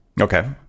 Okay